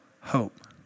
hope